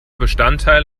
bestandteil